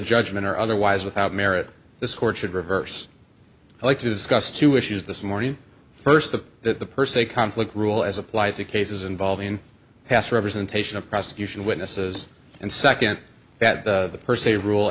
judgment or otherwise without merit this court should reverse like to discuss two issues this morning first of that the per se conflict rule as applied to cases involving past representation of prosecution witnesses and second that the per se rule